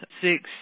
six